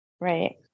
right